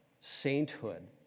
sainthood